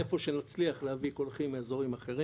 איפה שנצליח להביא קולחין מאזורים אחרים